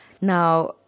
Now